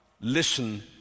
listen